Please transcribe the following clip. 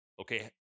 okay